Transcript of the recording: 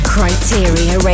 Criteria